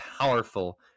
powerful